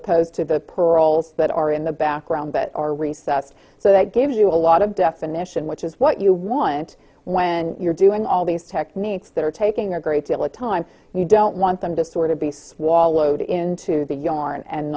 opposed to the pearls that are in the background that are recessed so that gives you a lot of definition which is what you want when you're doing all these techniques that are taking a great deal of time and you don't want them to sort of be swallowed into the yarn and